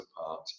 apart